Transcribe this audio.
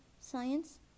science